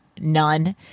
none